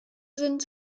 sind